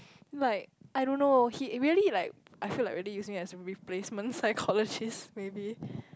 like I don't know he really like I feel like really using as a replacement psychology maybe